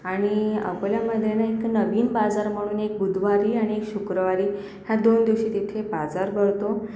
आणि अकोल्यामध्ये ना एक नवीन बाजार म्हणून एक बुधवारी आणि एक शुक्रवारी ह्या दोन दिवशी तिथे बाजार भरतो